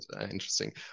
interesting